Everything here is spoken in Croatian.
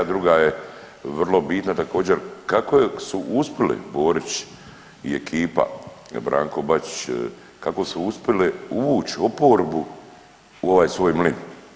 A druga je vrlo bitna također, kako je su uspjeli Borić i ekipa Branko Bačić, kako su uspjeli uvući oporbu u ovaj svoj mlin?